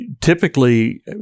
Typically